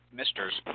misters